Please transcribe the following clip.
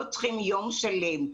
לא צריכים יום שלם,